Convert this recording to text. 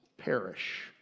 perish